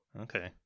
Okay